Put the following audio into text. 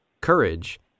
courage